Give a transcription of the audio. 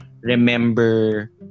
remember